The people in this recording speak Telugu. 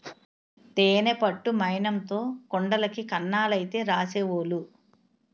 తేనె పట్టు మైనంతో కుండలకి కన్నాలైతే రాసేవోలు